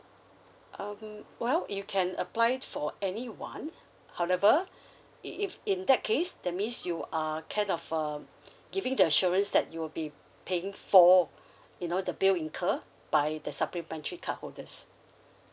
um well you can apply for anyone however if in that case that means you are kind of um giving the assurance that you'll be paying for you know the bill incur by the supplementary card holders